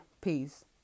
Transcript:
Peace